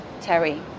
Terry